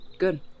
Good